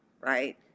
right